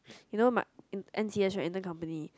you know my N_C_S right intern company